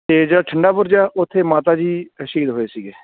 ਅਤੇ ਜਿਹੜਾ ਠੰਢਾ ਬੁਰਜ ਆ ਉੱਥੇ ਮਾਤਾ ਜੀ ਸ਼ਹੀਦ ਹੋਏ ਸੀਗੇ